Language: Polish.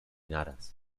naraz